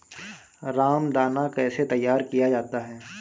रामदाना कैसे तैयार किया जाता है?